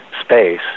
space